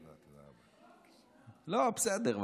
לא, בסדר.